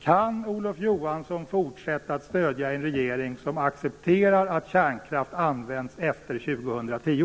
Kan Olof Johansson fortsätta att stödja en regering som accepterar att kärnkraft används efter 2010?